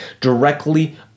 directly